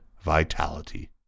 vitality